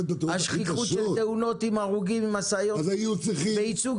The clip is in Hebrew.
השכיחות של תאונות עם הרוגים ממשאיות היא בייצוג